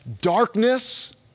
darkness